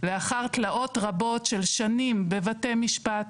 לאחר תלאות רבות, לאחר שנים בבתי משפט,